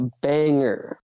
banger